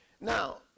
Now